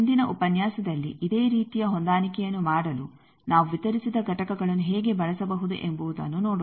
ಮುಂದಿನ ಉಪನ್ಯಾಸದಲ್ಲಿ ಇದೇ ರೀತಿಯ ಹೊಂದಾಣಿಕೆಯನ್ನು ಮಾಡಲು ನಾವು ವಿತರಿಸಿದ ಘಟಕಗಳನ್ನು ಹೇಗೆ ಬಳಸಬಹುದು ಎಂಬುವುದನ್ನು ನೋಡೋಣ